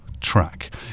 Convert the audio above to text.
track